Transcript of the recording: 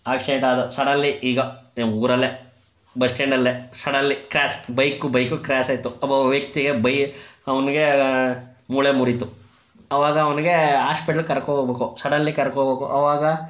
ಆಕ್ಸಿಡೆಂಟಾದ suddenly ಈಗ ನಮ್ಮೂರಲ್ಲೇ bus ಸ್ಟ್ಯಾಂಡಲ್ಲೇ suddenly crash bike bike crash ಆಯಿತು ಒಬ್ಬ ವ್ಯಕ್ತಿಗೆ ಬೈ ಅವನಿಗೆ ಮೂಳೆ ಮುರೀತು ಅವಾಗ ಅವ್ನಿಗೆ ಹಾಸ್ಪೆಟ್ಲಿಗೆ ಕರ್ಕೊ ಹೋಗ್ಬೇಕು ಸಡನ್ಲಿ ಕರ್ಕೊ ಹೋಗ್ಬೇಕು ಅವಾಗ